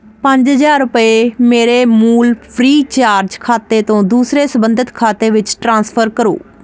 ਪੰਜ ਹਜ਼ਾਰ ਰੁਪਏ ਮੇਰੇ ਮੂਲ ਫ੍ਰੀਚਾਰਜ ਖਾਤੇ ਤੋਂ ਦੂਸਰੇ ਸੰਬੰਧਿਤ ਖਾਤੇ ਵਿੱਚ ਟ੍ਰਾਂਸਫਰ ਕਰੋ